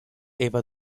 eva